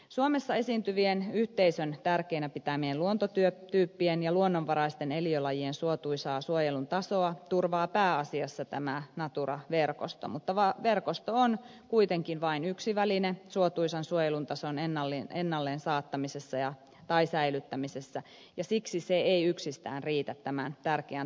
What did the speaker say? suomessa esiintyvien yhteisön tärkeinä pitämien luontotyyppien ja luonnonvaraisten eliölajien suotuisaa suojelun tasoa turvaa pääasiassa tämä natura verkosto mutta verkosto on kuitenkin vain yksi väline suotuisan suojelun tason ennalleen saattamisessa tai säilyttämisessä ja siksi se ei yksistään riitä tämän tärkeän tavoitteen saavuttamisessa